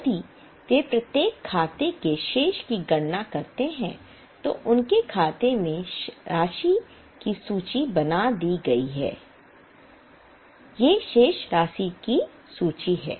यदि वे प्रत्येक खाते के शेष की गणना करते हैं तो उनके खाते में शेष राशि की सूची बना दी गई है